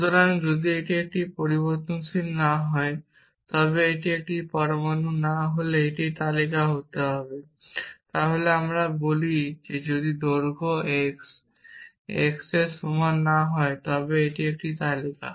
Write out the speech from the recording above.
সুতরাং যদি এটি একটি পরিবর্তনশীল না হয় তবে এটি একটি পরমাণু না হলে এটি একটি তালিকা হতে হবে তাহলে আমরা বলি যদি দৈর্ঘ্য x দৈর্ঘ্যের সমান না হয় তবে এটি একটি তালিকা